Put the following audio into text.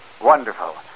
Wonderful